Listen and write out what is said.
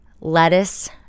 Lettuce